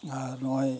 ᱟᱨ ᱱᱚᱜᱼᱚᱭ